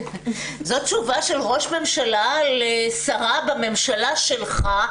זו תשובה של ראש ממשלה לשרה בממשלה שלך,